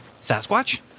Sasquatch